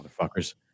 motherfucker's